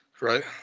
Right